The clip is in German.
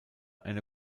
eine